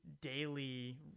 daily